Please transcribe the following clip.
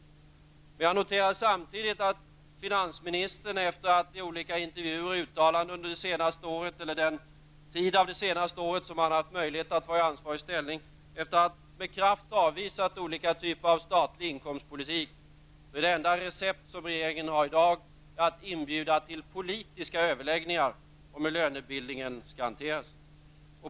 Men samtidigt noterar jag att finansministern, efter det att han i olika intervjuer och uttalanden under den del av det senaste året då han har varit i ansvarig ställning och med kraft avvisat alla typer av statlig inkomstpolitik, har som enda recept i dag att inbjuda till politiska överläggningar om hur lönebildningen skall hanteras.